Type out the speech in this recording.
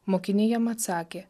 mokiniai jam atsakė